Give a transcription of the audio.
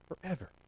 forever